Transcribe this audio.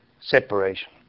separation